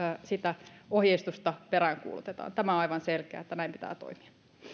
sitä ohjeistusta peräänkuulutetaan tämä aivan selkeää että näin pitää toimia